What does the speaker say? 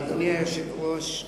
אדוני היושב-ראש,